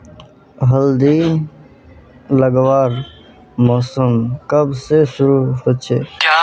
हल्दी लगवार मौसम कब से शुरू होचए?